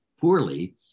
poorly